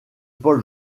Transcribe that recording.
paul